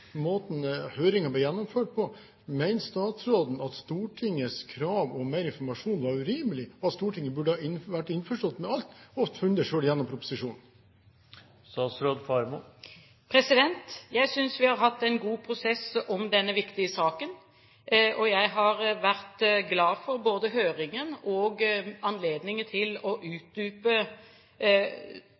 måten høringen ble gjennomført på, mener statsråden at Stortingets krav om mer informasjon var urimelig, og at Stortinget burde vært innforstått med alt og funnet ut av det selv gjennom proposisjonen? Jeg synes vi har hatt en god prosess om denne viktige saken, og jeg har vært glad for både høringen og anledningen til å utdype